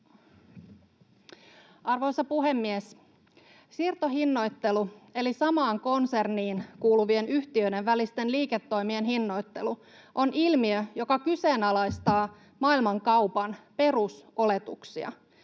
Arvoisa puhemies! Siirtohinnoittelu eli samaan konserniin kuuluvien yhtiöiden välisten liiketoimien hinnoittelu on ilmiö, joka kyseenalaistaa maailmankaupan perusoletuksia.